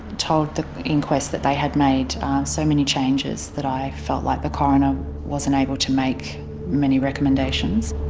told the inquest that they had made so many changes that i felt like the coroner wasn't able to make many recommendations.